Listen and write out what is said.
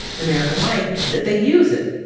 in american life, that they use it.